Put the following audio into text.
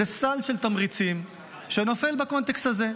זה סל של תמריצים שנופל בקונטקסט הזה,